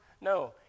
No